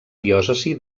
diòcesi